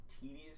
Tedious